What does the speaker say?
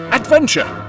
...adventure